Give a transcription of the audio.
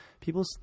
people